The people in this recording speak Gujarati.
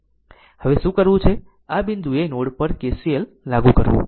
હવે શું કરવું છે આ બિંદુએ નોડ પર KCL લાગુ કરવું